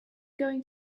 going